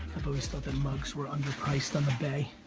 i've always thought that mugs were underpriced on the bay.